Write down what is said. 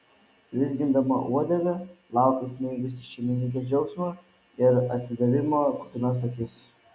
vizgindama uodegą laukė įsmeigusi į šeimininkę džiaugsmo ir atsidavimo kupinas akis